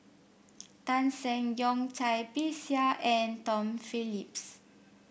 Tan Seng Yong Cai Bixia and Tom Phillips